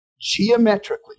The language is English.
geometrically